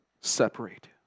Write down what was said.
separate